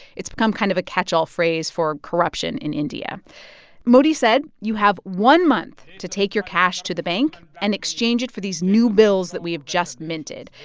it's become kind of a catch-all phrase for corruption in india modi said, you have one month to take your cash to the bank and exchange it for these new bills that we have just minted.